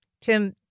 Tim